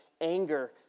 anger